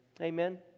Amen